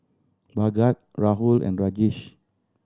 Bhagat Rahul and Rajesh